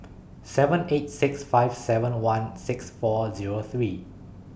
seven eight six five seven one six four Zero three